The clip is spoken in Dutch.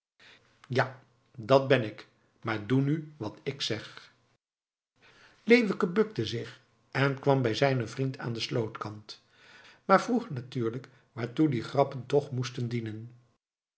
ja dat ben ik maar doe nu wat ik zeg leeuwke bukte zich en kwam bij zijnen vriend aan den slootkant maar vroeg natuurlijk waartoe die grappen toch moesten dienen